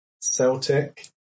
Celtic